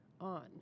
on